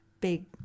big